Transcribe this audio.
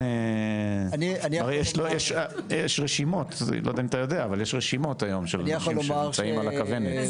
אבל יש רשימות היום של אנשים שנמצאים על הכוונת.